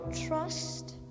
trust